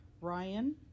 Ryan